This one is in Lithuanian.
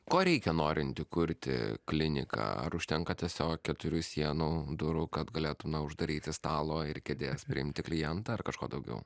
ko reikia norint įkurti kliniką ar užtenka tiesiog keturių sienų durų kad galėtume uždaryti stalo ir kėdės priimti klientą ar kažko daugiau